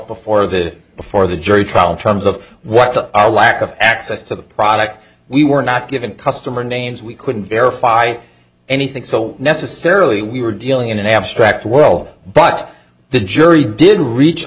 before the before the jury trial terms of what our lack of access to the product we were not given customer names we couldn't verify anything so necessarily we were dealing in an abstract world but the jury didn't reach a